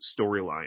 storyline